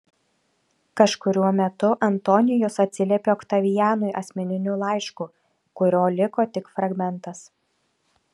kažkuriuo metu antonijus atsiliepė oktavianui asmeniniu laišku kurio liko tik fragmentas